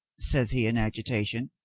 says he in agitation,